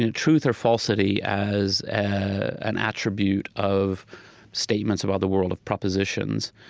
ah truth or falsity as an attribute of statements of other world of propositions,